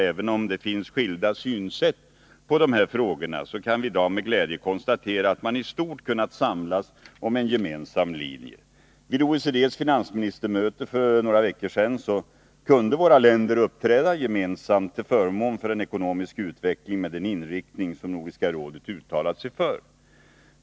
Även om det finns skilda synsätt på dessa frågor, kan vi i dag med glädje konstatera att man i stort kunnat samlas kring en gemensam linje. Vid OECD:s finansministermöte för några veckor sedan kunde våra länder uppträda gemensamt till förmån för en ekonomisk utveckling med den inriktning som Nordiska rådet uttalat sig för.